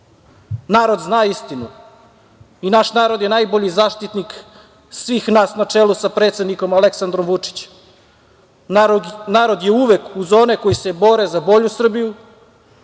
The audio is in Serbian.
Narod zna istinu i naš narod je najbolji zaštitnik svih nas na čelu sa predsednikom Aleksandrom Vučićem. Narod je uvek uz one koji se bore za bolju Srbiju,